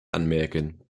anmerken